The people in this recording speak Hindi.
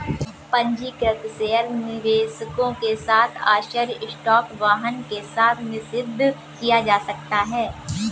पंजीकृत शेयर निवेशकों के साथ आश्चर्य स्टॉक वाहन के साथ निषिद्ध किया जा सकता है